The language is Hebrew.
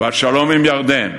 והשלום עם ירדן,